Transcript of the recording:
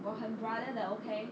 我很 brother 的 okay